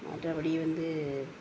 மற்றபடி வந்து